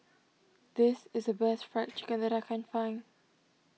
this is the best Fried Chicken that I can find